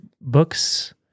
books